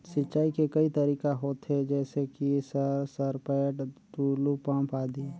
सिंचाई के कई तरीका होथे? जैसे कि सर सरपैट, टुलु पंप, आदि?